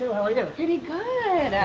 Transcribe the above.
how are you? pretty good.